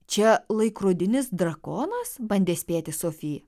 čia laikrodinis drakonas bandė spėti sofi